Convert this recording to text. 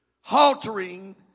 haltering